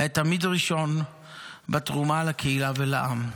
היה תמיד ראשון בתרומה לקהילה ולעם.